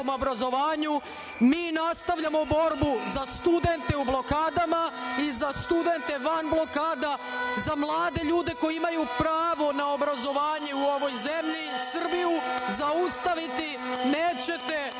Mi nastavljamo borbu za studente u blokadama i za studente van blokada, za mlade ljude koji imaju pravo na obrazovanje u ovoj zemlji. Srbiju zaustaviti nećete,